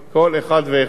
כל אחד ואחד, הדבר.